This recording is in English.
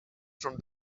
from